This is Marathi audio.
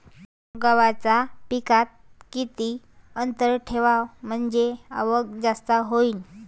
गव्हाच्या पिकात किती अंतर ठेवाव म्हनजे आवक जास्त होईन?